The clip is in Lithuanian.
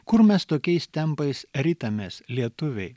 kur mes tokiais tempais ritamės lietuviai